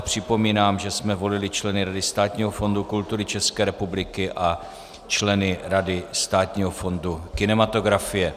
Připomínám, že jsme volili členy Rady Státního fondu kultury České republiky a členy Rady Státního fondu kinematografie.